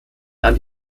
dann